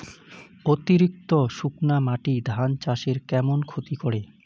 অতিরিক্ত শুকনা মাটি ধান চাষের কেমন ক্ষতি করে?